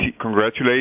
congratulate